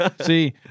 See